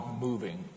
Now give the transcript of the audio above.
moving